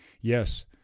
Yes